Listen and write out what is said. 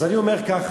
אז אני אומר ככה,